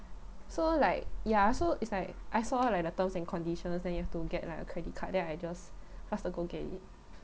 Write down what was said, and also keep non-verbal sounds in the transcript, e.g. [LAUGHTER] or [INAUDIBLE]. so like ya so [NOISE] it's like I saw like the terms and conditions then you have to get like a credit card then I just faster go get it